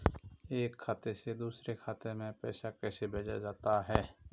एक खाते से दूसरे खाते में पैसा कैसे भेजा जा सकता है?